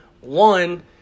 One